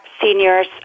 seniors